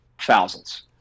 thousands